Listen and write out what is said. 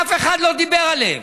אף אחד לא דיבר עליהם,